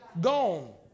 Gone